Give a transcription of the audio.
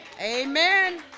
amen